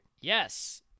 Yes